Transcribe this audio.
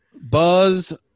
buzz